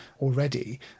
already